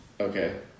Okay